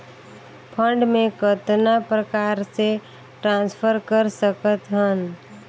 Fund मे कतना प्रकार से ट्रांसफर कर सकत हन?